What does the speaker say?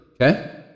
okay